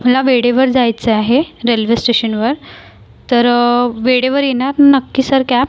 मला वेळेवर जायचं आहे रेल्वे स्टेशनवर तर वेळेवर येणार नक्की सर कॅप